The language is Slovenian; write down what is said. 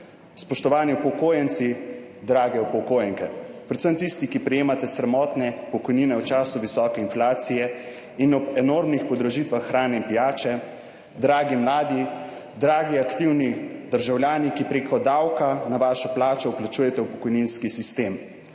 Spoštovani upokojenci, drage upokojenke. Predvsem tisti, ki prejemate sramotne pokojnine v času visoke inflacije in ob enormnih podražitvah hrane in pijače, dragi mladi, dragi aktivni državljani, ki preko davka na vašo plačo vplačujete v pokojninski sistem,